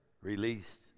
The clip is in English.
released